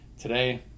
Today